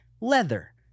leather